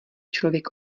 člověk